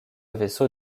vaisseau